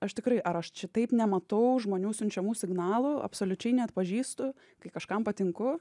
aš tikrai ar aš čia taip nematau žmonių siunčiamų signalų absoliučiai neatpažįstu kai kažkam patinku